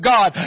God